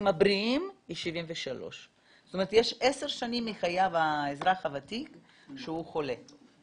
הבריאים היא 73. זאת אומרת יש עשר שנים מחייו של האזרח הוותיק שהוא חולה.